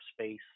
space